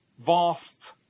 vast